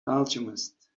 alchemist